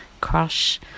crush